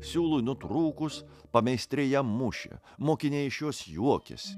siūlui nutrūkus pameistriai ją mušė mokiniai iš jos juokėsi